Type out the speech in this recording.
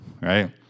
right